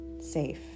safe